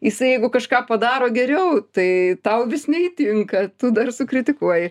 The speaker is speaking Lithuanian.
jisai jeigu kažką padaro geriau tai tau vis neįtinka tu dar sukritikuoji